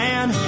Man